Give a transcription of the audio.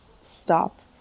Stop